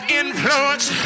influence